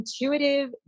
intuitive